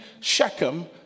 Shechem